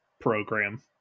program